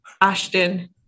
Ashton